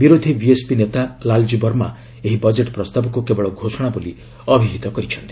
ବିରୋଧୀ ବିଏସ୍ପି ନେତା ଲାଲଜି ବର୍ମା ଏହି ବଜେଟ୍ ପ୍ରସ୍ତାବକୁ କେବଳ ଘୋଷଣା ବୋଲି କହି ନିନ୍ଦା କରିଛନ୍ତି